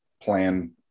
plan